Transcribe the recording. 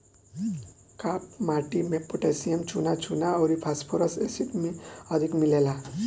काप माटी में पोटैशियम, चुना, चुना अउरी फास्फोरस एसिड अधिक मिलेला